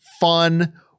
fun